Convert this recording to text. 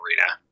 Arena